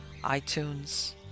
iTunes